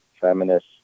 feminist